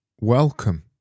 welcome